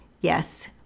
Yes